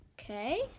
Okay